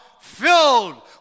Filled